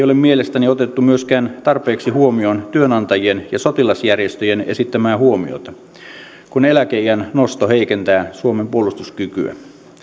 ole mielestäni otettu tarpeeksi huomioon myöskään työnantajien ja sotilasjärjestöjen esittämää huomiota että eläkeiän nosto heikentää suomen puolustuskykyä